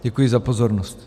Děkuji za pozornost.